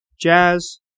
Jazz